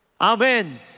Amen